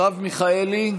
מרב מיכאלי,